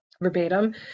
verbatim